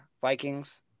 Vikings